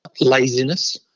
laziness